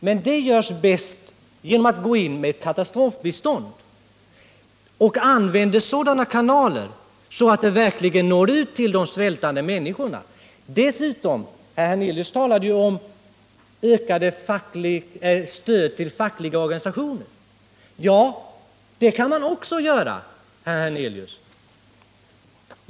Men det gör man bäst genom att gå in med katastrofbistånd och genom att använda sådana kanaler att hjälpen verkligen når ut till de svältande människorna. Herr Hernelius talade om ökat stöd till fackliga organisationer. Det kan man också ge, herr Hernelius.